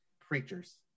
Preachers